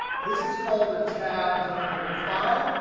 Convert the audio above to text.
this is called a tab-delimited file,